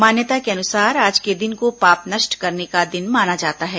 मान्यता के अनुसार आज के दिन को पाप नष्ट करने का दिन माना जाता है